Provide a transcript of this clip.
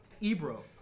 Ebro